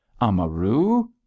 Amaru